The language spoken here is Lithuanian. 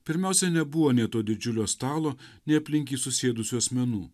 pirmiausia nebuvo nei to didžiulio stalo nei aplink jį susėdusių asmenų